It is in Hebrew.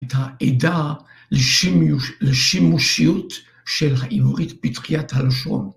את העדה לשימושיות של העברית בתחיית הלשון.